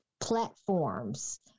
platforms